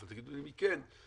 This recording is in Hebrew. אבל תגידו לי מי כן,